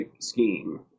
scheme